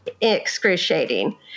excruciating